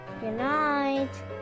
Goodnight